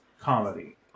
comedy